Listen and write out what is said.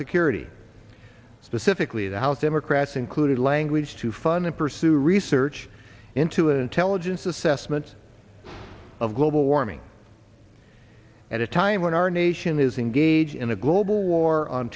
security specifically the house democrats included language to fund and pursue research into intelligence assessments of global warming at a time when our nation is engage in a global war on